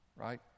right